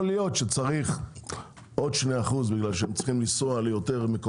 יכול להיות שצריך עוד 2% בגלל שהם צריכים לשנע יותר.